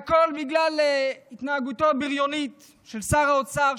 והכול בגלל התנהגותו הבריונית של שר האוצר,